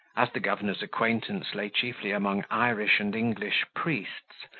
as the governor's acquaintance lay chiefly among irish and english priests,